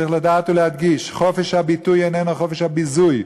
צריך לדעת ולהדגיש: חופש הביטוי איננו חופש הביזוי,